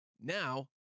Now